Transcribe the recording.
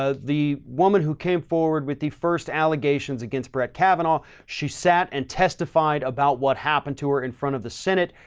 ah the woman who came forward with the first allegations against brett kavanaugh, she sat and testified about what happened to her in front of the senate.